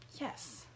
yes